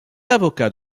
avocat